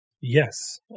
Yes